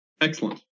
Excellent